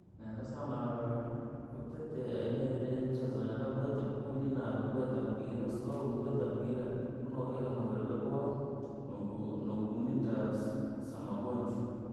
Nenda sana kwatite aina yalii mchezo, neenda buita puli na kubuita mpira, kwasababu kubuita mpiraa, unovikaa mvirii vyabowa, noku nokuuninda sama saamogonjwa.